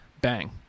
Bang